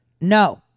no